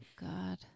God